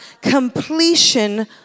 completion